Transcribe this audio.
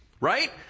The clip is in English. right